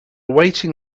awaiting